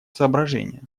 соображения